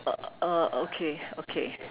uh uh okay okay